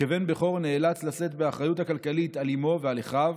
וכבן בכור נאלץ לשאת באחריות הכלכלית על אימו ועל אחיו.